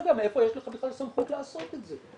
מאיפה יש לך בכלל סמכות לעשות את זה".